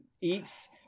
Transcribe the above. eats